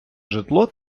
житло